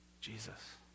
Jesus